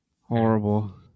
Horrible